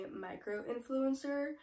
micro-influencer